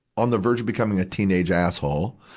on the verge of becoming a teenage asshole.